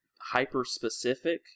hyper-specific